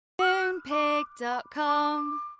Moonpig.com